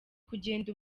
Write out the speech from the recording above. kugenda